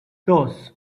dos